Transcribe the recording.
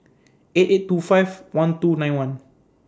eight eight two five one two nine one